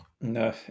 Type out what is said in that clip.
No